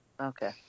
Okay